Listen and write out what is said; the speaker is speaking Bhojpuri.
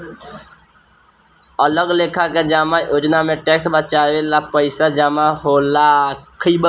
अलग लेखा के जमा योजना में टैक्स बचावे ला पईसा जमा होला